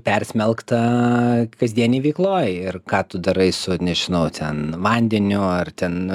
persmelkta kasdienėj veikloj ir ką tu darai su nežinau ten vandeniu ar ten